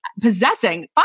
possessing